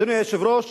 אדוני היושב-ראש,